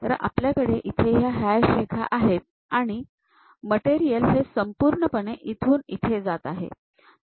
तर आपल्याकडे इथे ह्या हॅश रेखा आहेत आणि मटेरियल हे संपूर्णपणे इथून इथे जात आहे